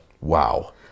Wow